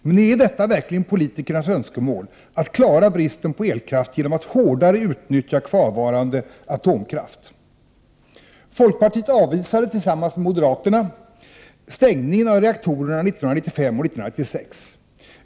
Men är detta verkligen politikernas önskemål, att klara bristen på elkraft genom att hårdare utnyttja kvarvarande atomkraft? reaktorerna 1995 och 1996.